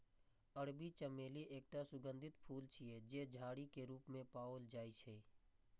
अरबी चमेली एकटा सुगंधित फूल छियै, जे झाड़ी के रूप मे पाओल जाइ छै